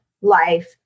life